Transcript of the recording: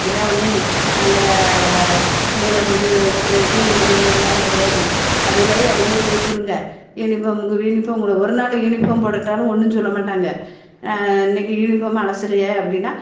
என்ன ஒன்று நாங்கள் பிள்ளைகளை கொண்டு விட்றதுக்கு எங்களுக்கு வே வேலை கிடயாது அதுவுலயே அதுவுல போய்க்கிருங்க யூனிஃபார்முக்கு யூனிஃபார்மு ஒரு நாள் யூனிஃபார்ம் போடட்டாலும் ஒன்றும் சொல்ல மாட்டாங்க இன்னைக்கு யூனிஃபார்மு அலசலயே அப்படின்னா